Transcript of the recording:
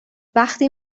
وقتی